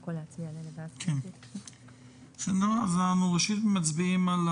אנחנו מצביעים על